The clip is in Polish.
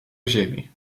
ziemi